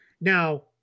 Now